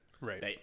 Right